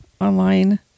online